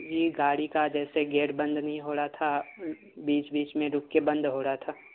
جی گاڑی کا جیسے گیٹ بند نہیں ہو رہا تھا بیچ بیچ میں رک کے بند ہو رہا تھا